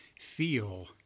feel